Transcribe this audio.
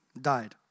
died